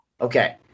Okay